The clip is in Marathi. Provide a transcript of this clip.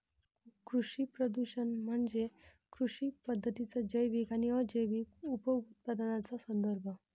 कृषी प्रदूषण म्हणजे कृषी पद्धतींच्या जैविक आणि अजैविक उपउत्पादनांचा संदर्भ